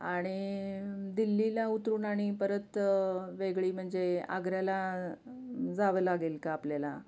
आणि दिल्लीला उतरून आणि परत वेगळी म्हणजे आग्र्याला जावं लागेल का आपल्याला